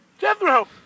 Jethro